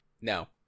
No